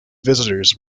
visitors